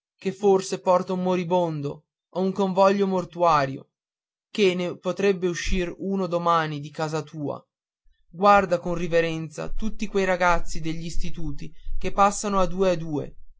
che porta forse un moribondo o un convoglio mortuario ché ne potrebbe uscir uno domani di casa tua guarda con riverenza tutti quei ragazzi degli istituti che passano a due a due